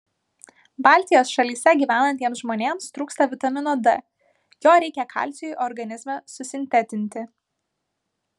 baltijos šalyse gyvenantiems žmonėms trūksta vitamino d jo reikia kalciui organizme susintetinti